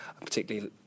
Particularly